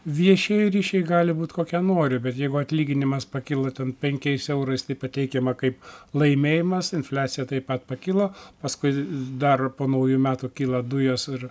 viešieji ryšiai gali būt kokie nori bet jeigu atlyginimas pakyla penkiais eurais tai pateikiama kaip laimėjimas infliacija taip pat pakilo paskui dar po naujų metų kyla dujos ir